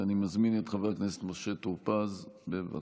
אני מזמין את חבר הכנסת משה טור פז, בבקשה.